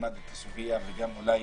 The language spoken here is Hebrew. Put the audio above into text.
הסוגיה אולי